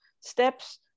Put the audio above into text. steps